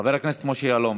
חבר הכנסת משה יעלון,